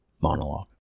monologue